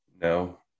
No